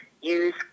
use